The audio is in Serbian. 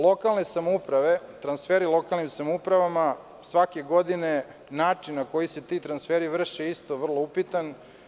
Lokalne samouprave, transferi lokalnim samoupravama svake godine način na koji se ti transferi vrše, isto vrlo upitan.